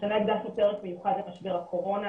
השנה הגשנו פרק מיוחד על משבר הקורונה